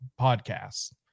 podcasts